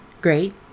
great